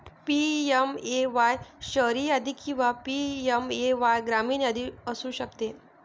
PMAY शहरी यादी किंवा पी.एम.ए.वाय ग्रामीण यादी असू शकते